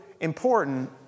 important